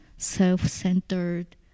self-centered